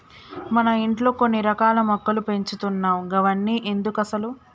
మన ఇంట్లో కొన్ని రకాల మొక్కలు పెంచుతున్నావ్ గవన్ని ఎందుకసలు